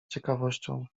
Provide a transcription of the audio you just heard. ciekawością